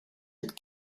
would